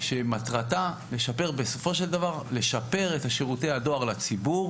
שמטרתה לשפר את שירותי הדואר לציבור